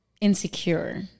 insecure